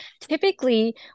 Typically